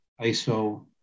ISO